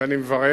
ואני מברך.